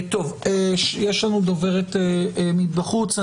יש לנו דוברת מבחוץ.